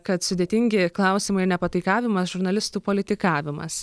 kad sudėtingi klausimai nepataikavimas žurnalistų politikavimas